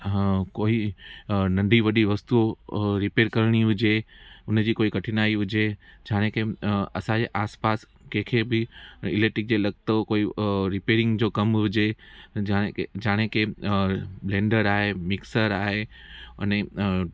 कोई नंढी वॾी वस्तु रिपेयर करणी हुजे उनजी कठिनाई हुजे छाए के असांजे आसपास कंहिंखे बि इलैक्ट्रिक जे लतो रिपेयरिंग जो कमु हुजे जा जाणे के ब्लैंडर आहे मिक्सर आहे उनी